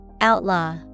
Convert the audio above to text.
Outlaw